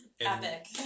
Epic